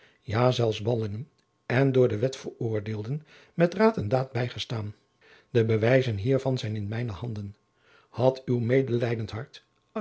ja zelfs ballingen en door de wet veroordeelden met raad en daad bijgestaan de bewijzen hiervan zijn in mijne handen had uw medelijdend hart